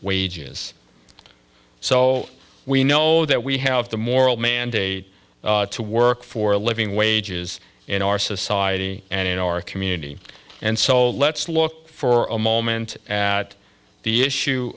wages so we know that we have the moral mandate to work for a living wages in our society and in our community and so let's look for a moment at the issue